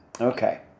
Okay